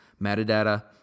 metadata